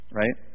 right